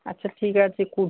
আচ্ছা ঠিক আছে খুব